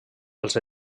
als